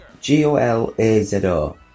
G-O-L-A-Z-O